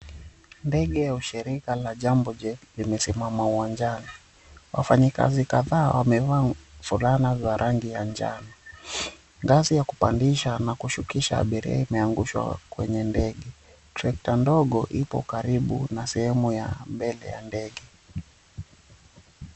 Ndege la ushirika la Jambo jet limesimama uwanjani. Wafanyikazi kadhaa fulana za rangi ya njano. Gari ya kupandisha na kushukisha abiria imeangushwa kwenye ndege. Trekta ndogo ipo karibu na sehemu ya mbele ya ndege.